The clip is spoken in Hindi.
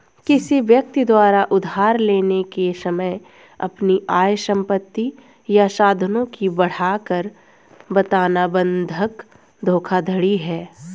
किसी व्यक्ति द्वारा उधार लेने के समय अपनी आय, संपत्ति या साधनों की बढ़ाकर बताना बंधक धोखाधड़ी है